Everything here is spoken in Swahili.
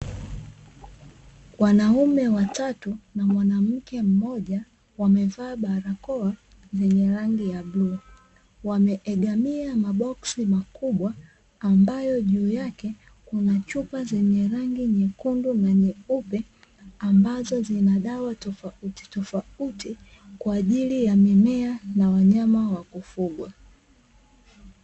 Wanaume watatu na mwanamke mmoja, wamevaa barakoa zenye rangi ya bluu, wameegamia maboksi makubwa ambayo juu yake kuna chupa zenye rangi nyekundu na nyeupe, ambazo zina dawa tofautitofauti kwa ajili ya mimea na wanyama wa kufugwa.